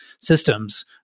systems